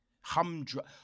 humdrum